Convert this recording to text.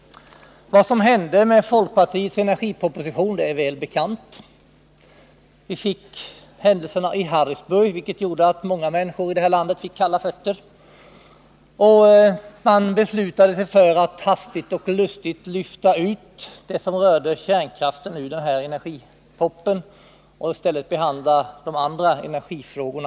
Vad som hände med folkpartiets energiproposition är väl bekant. Händelsen i Harrisburg inträffade, vilket gjorde att många människor i det här landet fick kalla fötter, och man beslöt att hastigt och lustigt lyfta ut den del som rörde kärnkraften ur energipropositionen och i stället behandla andra energifrågor.